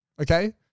Okay